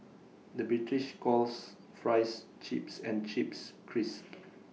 the British calls Fries Chips and Chips Crisps